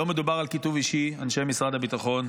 אנשי משרד הביטחון,